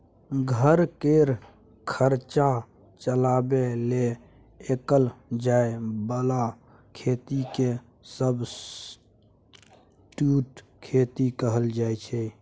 घर केर खर्चा चलाबे लेल कएल जाए बला खेती केँ सब्सटीट्युट खेती कहल जाइ छै